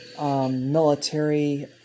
Military